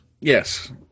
Yes